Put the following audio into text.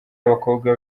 abakobwa